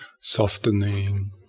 softening